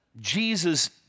Jesus